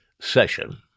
session